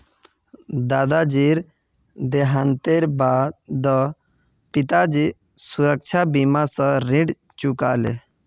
दादाजीर देहांतेर बा द पिताजी सुरक्षा बीमा स ऋण चुका ले